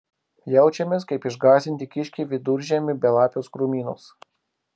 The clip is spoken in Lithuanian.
jaučiamės kaip išgąsdinti kiškiai viduržiemį belapiuos krūmynuos